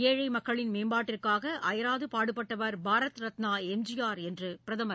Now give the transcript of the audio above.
ஏழை மக்களின் மேம்பாட்டிற்காக அயராது பாடுபட்டவர் பாரத ரத்னா எம்ஜிஆர் என்று பிரதமர்